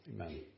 Amen